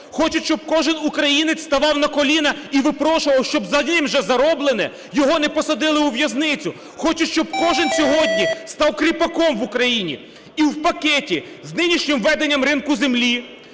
хочуть, щоб кожен українець ставав на коліна і випрошував, щоб за ним же зароблене його не посадили у в'язницю, хочуть, щоб кожен сьогодні став кріпаком в Україні. І в пакеті з нинішнім введенням ринку землі,